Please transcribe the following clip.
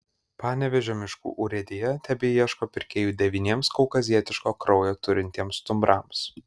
panevėžio miškų urėdija tebeieško pirkėjų devyniems kaukazietiško kraujo turintiems stumbrams